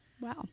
wow